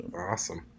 Awesome